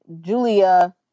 julia